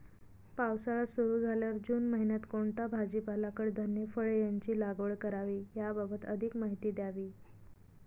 पावसाळा सुरु झाल्यावर जून महिन्यात कोणता भाजीपाला, कडधान्य, फळे यांची लागवड करावी याबाबत अधिक माहिती द्यावी?